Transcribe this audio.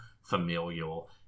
familial